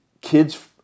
kids